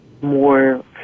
more